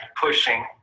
pushing